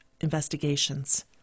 investigations